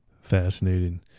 Fascinating